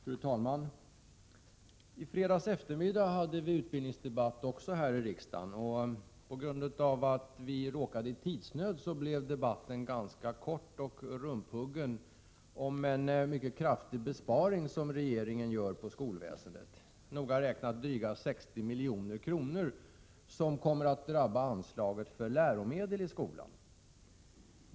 Fru talman! Också i fredags eftermiddag hade vi en utbildningsdebatt här i riksdagen. På grund av att vi råkade i tidsnöd blev det en ganska kort och rumphuggen debatt om en mycket kraftig besparing som regeringen gör inom skolväsendet. Det handlar noga räknat om drygt 60 miljoner, och besparingen kommer att drabba anslaget till läromedel i skolan.